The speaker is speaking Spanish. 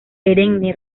perenne